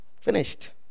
Finished